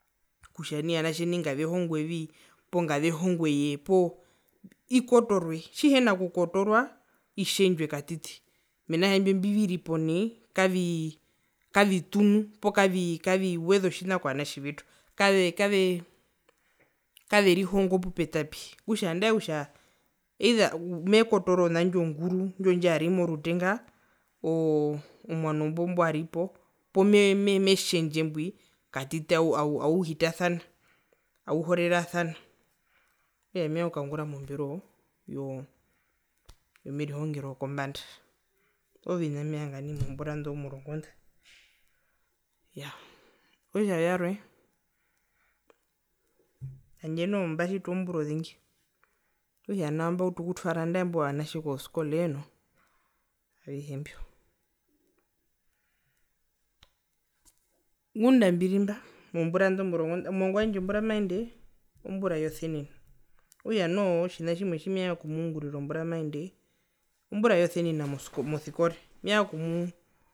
Kutja nai ovanatje nai ngavehongwevi poo ngavehongweye poo ikotoorwe poo tjihina kukotoorwa itjendjwe katiti mena rokutja imbio mbiviripo nai kavii kavitunu poo kavi kavi weza otjina kovanatje vetu kave kave kaverihongo pupetapi okutja nandaekutja either mekotoora onda ndjo nguru indjo ndjarimo rutenga oo owanombo mbwaripo poo me me metjendje mbwi katiti auhitasana auhorerasana okutja mevanga okukaungura momberoo yomerihongero wokombanda oovina mbimevanga nai mozombura ndo murongo ndo, yaa okutja yarwe handje noho mbatjiti ozombura ozengi okutja nao mbautu okutwara nandae imbo vanatje koskolee noo avihe mbio ngunda ambirimba mozombura ndo murongo omwangu wandje ombura ndjimaiyende omburaye oseninaokutja noho otjina tjimevanga okumungurira ombura ndjimaiyende omburaye osenina mo mosikore mevanga okumuu